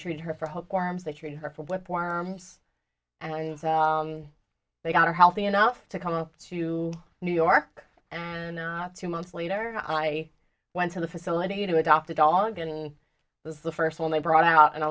treated her for hope forms they treated her for what and they got her healthy enough to come up to new york and not two months later i went to the facility to adopt a dog and it was the first one they brought out and i